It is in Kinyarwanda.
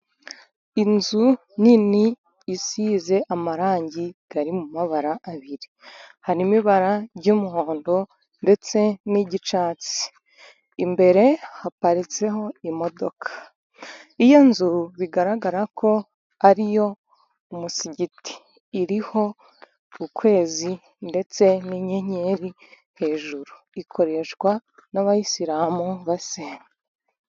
Inzu nini isize amarangi ari mu mabara abiri. Harimo ibara ry'umuhondo ndetse n'icyatsi, imbere haparitseho imodoka. Iyo nzu bigaragara ko ari umusigiti. Iriho ukwezi ndetse n'inyenyeri hejuru, ikoreshwa n'abayisilamu basenga.